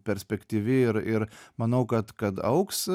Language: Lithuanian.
perspektyvi ir ir manau kad kad augs